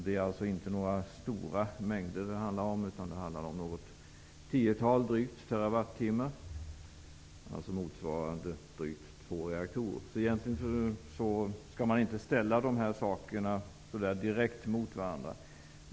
Det är alltså inte några stora mängder, utan drygt något tiotal terawattimmar, dvs. motsvarande drygt två reaktorer. Egentligen skall man inte ställa dessa båda företeelser mot varandra.